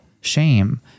shame